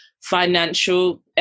financial